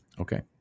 okay